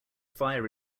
fire